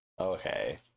Okay